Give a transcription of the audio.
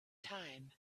time